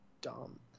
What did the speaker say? dumb